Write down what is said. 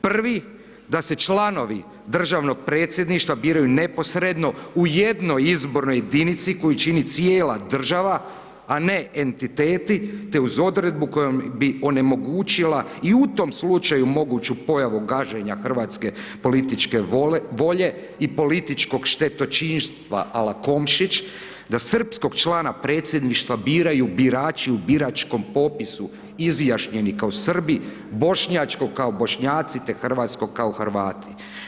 Prvi da se članovi državnog Predsjedništva biraju neposrednoj u jednoj izbornoj jedinici koju čini cijela država a ne entiteti te uz odredbu kojom bi onemogućila i u tom slučaju moguću pojavu gaženja hrvatske političke volje i političkog štetočinstva a la Komšić, da srpskog člana Predsjedništva biraju birači u biračkom popisu izjašnjeni kao Srbi, bošnjačkog kao Bošnjaci te hrvatskog kao Hrvati.